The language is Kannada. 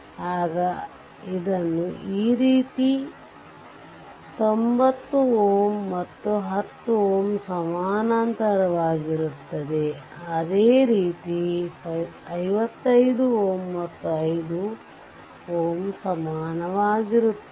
ಆಗ ಇದನ್ನು ಈ ರೀತಿ 90Ω ಮತ್ತು 10Ω ಸಮನಂತರವಾಗಿರುತ್ತದೆ ಅದೇ ರೀತಿ 55Ω ಮತ್ತು 5 Ω ಸಮನಂತರವಾಗಿರುತ್ತದೆ